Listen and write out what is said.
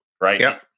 right